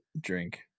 drink